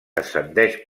descendeix